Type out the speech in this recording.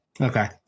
Okay